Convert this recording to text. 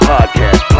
Podcast